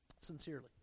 Sincerely